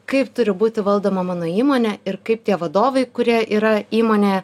kaip turi būti valdoma mano įmonė ir kaip tie vadovai kurie yra įmonėje